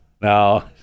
No